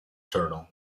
turtle